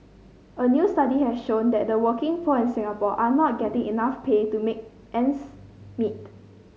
a new study has shown that the working poor in Singapore are not getting enough pay to make ends meet